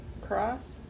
cross